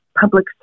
Public